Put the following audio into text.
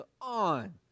on